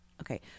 Okay